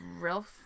real